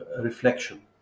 reflection